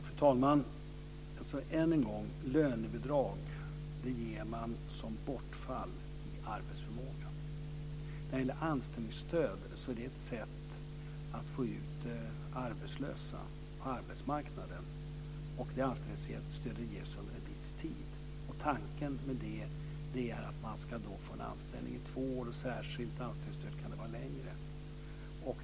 Fru talman! Än en gång vill jag säga att lönebidrag ger man vid bortfall i arbetsförmågan. Anställningsstöd är ett sätt att få ut arbetslösa på arbetsmarknaden. Anställningsstöd ges under en viss tid. Tanken med det är att man ska få en anställning i två år och särskilt anställningsstöd längre.